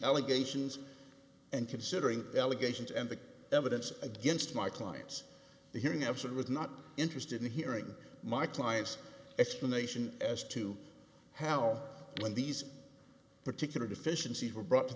allegations and considering the allegations and the evidence against my clients hearing absent was not interested in hearing my client's explanation as to how when these particular deficiencies were brought to